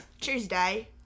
Tuesday